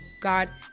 God